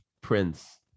prince